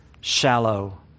shallow